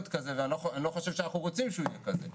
כזה ואני חושב שאנחנו גם לא רוצים שיהיה כזה.